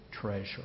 treasure